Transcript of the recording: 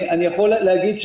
אני יכול להגיד,